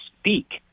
speak